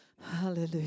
Hallelujah